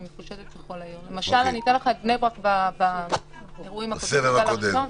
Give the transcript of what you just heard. אנחנו מבקשם להעיר עוד לסעיף 1. יש בסעיף 1 הגדרה של המנהל.